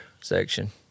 section